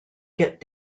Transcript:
get